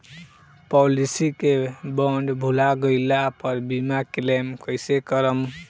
Policy के bond भुला गैला पर बीमा क्लेम कईसे करम?